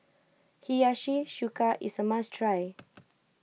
Hiyashi Chuka is a must try